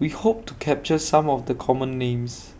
We Hope to capture Some of The Common Names